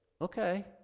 okay